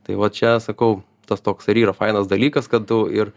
tai va čia sakau tas toks ir yra fainas dalykas kad tu ir